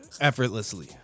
effortlessly